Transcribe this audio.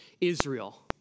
Israel